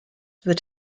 wird